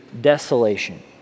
desolation